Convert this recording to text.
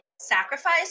sacrifice